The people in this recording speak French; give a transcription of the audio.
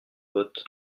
vote